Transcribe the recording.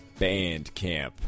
Bandcamp